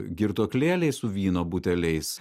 girtuoklėliai su vyno buteliais